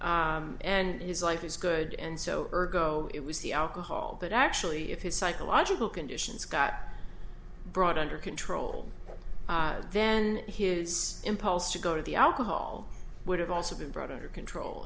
now and his life is good and so ergo it was the alcohol but actually if his psychological conditions got brought under control then his impulse to go to the alcohol would have also been brought under control